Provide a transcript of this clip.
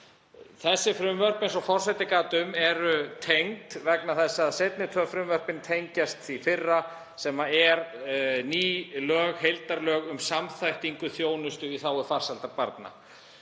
Þessi frumvörp, eins og forseti gat um, eru tengd vegna þess að seinni tvö frumvörpin tengjast því fyrra, sem er ný heildarlög um samþættingu þjónustu í þágu farsældar barna.